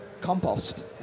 compost